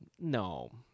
No